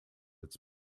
its